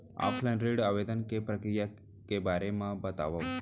Offline ऋण आवेदन के प्रक्रिया के बारे म बतावव?